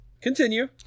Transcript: Continue